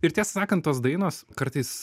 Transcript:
ir tiesą sakant tos dainos kartais